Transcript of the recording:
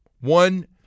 one